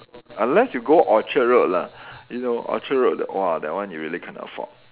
unless you go Orchard Road lah you know Orchard Road !wah! that one you really can't afford